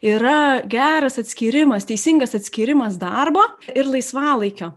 yra geras atskyrimas teisingas atskyrimas darbo ir laisvalaikio